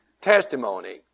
Testimony